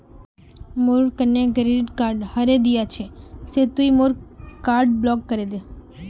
मोर कन्या credit card हरें दिया छे से तुई मोर कार्ड ब्लॉक करे दे